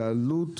זה עלות.